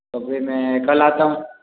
तो फिर मैं कल आता हूँ